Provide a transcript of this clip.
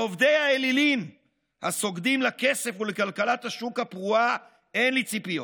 מעובדי האלילים הסוגדים לכסף ולכלכלת השוק הפרועה אין לי ציפיות.